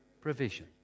provision